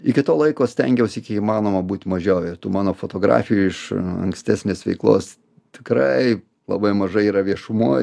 iki to laiko stengiausi kiek įmanoma būt mažiau i tų mano fotografijų iš ankstesnės veiklos tikrai labai mažai yra viešumoj